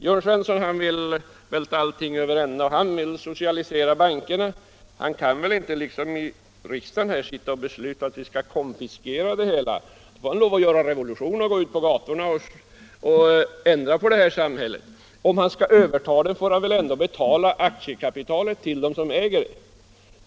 Jörn Svensson vill välta allting över ända, han vill socialisera bankerna. Men han kan väl inte sitta här i riksdagen och säga att vi skall konfiskera det hela. Då får han lov att göra revolution, gå ut på gatorna och tala för en ändring av detta samhälle. För att överta bankerna får man väl ändå betala aktiekapitalet till de nuvarande innehavarna.